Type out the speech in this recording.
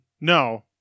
No